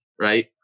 right